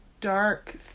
dark